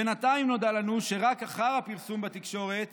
בינתיים נודע לנו שרק אחרי הפרסום בתקשורת